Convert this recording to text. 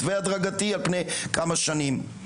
מתווה הדרגתי על פני כמה שנים.